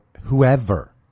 whoever